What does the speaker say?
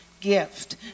gift